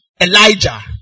Elijah